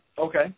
Okay